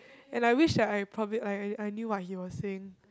and I wished that I probably like I I knew what he was saying